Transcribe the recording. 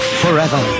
forever